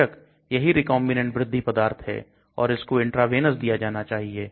बेशक यही recombinant वृद्धि पदार्थ है और इसको इंट्रावेनस दिया जाना चाहिए